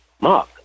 Mark